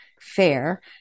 FAIR